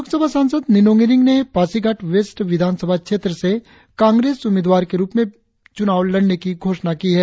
लोक सभा सांसद निनोंग एरिंग ने पासीघाट वेस्ट विधान सभा क्षेत्र से कांग्रेस उम्मीद्वार के रुप में विधानसभा चुनाव लड़ने की घोषणा की है